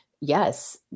yes